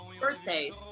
birthdays